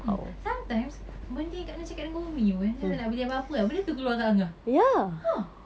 mm sometimes benda yang kak nor cakap dengan umi pun macam nak beli apa-apa benda tu keluar dekat angah ha